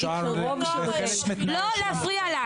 לא להפריע לה.